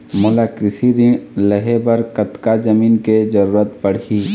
मोला कृषि ऋण लहे बर कतका जमीन के जरूरत पड़ही?